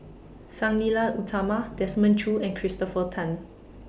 Sang Nila Utama Desmond Choo and Christopher Tan